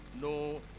No